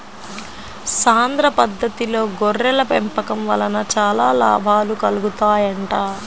సాంద్ర పద్దతిలో గొర్రెల పెంపకం వలన చాలా లాభాలు కలుగుతాయంట